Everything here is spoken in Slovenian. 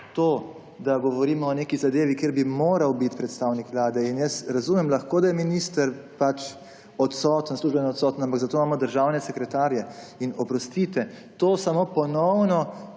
to, da govorimo o neki zadevi, kjer bi moral biti predstavnik Vlade – in jaz lahko razumem, da je minister službeno odsoten, ampak zato imamo državne sekretarje. In oprostite, to samo ponovno